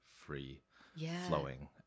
free-flowing